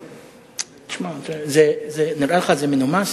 תשמע, נראה לך, זה מנומס?